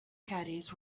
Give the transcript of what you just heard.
caddies